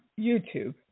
YouTube